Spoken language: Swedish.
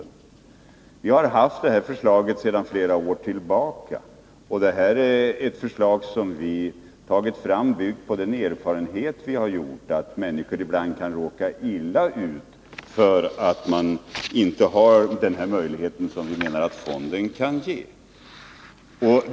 92?9 Det gäller ett förslag som vi verkat för sedan flera år tillbaka, och vi har byggt på den erfarenhet som vi har av att människor ibland kan råka illa ut därför att den möjlighet som vi menar att fonden skulle ge inte står till buds.